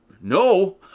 No